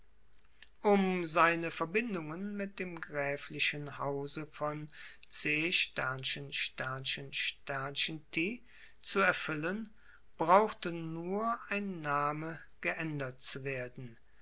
um seine verbindungen mit dem gräflichen hause von c tti zu erfüllen brauchte nur ein name geändert zu werden